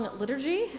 liturgy